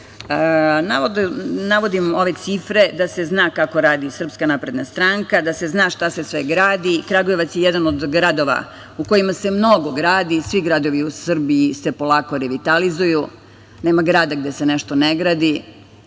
ove cifre da se zna kako radi SNS, da se zna šta se sve gradi. Kragujevac je jedan od gradova u kojima se mnogo gradi. Svi gradovi u Srbiji se polako revitalizuju, nema grada gde se nešto ne gradi. Ono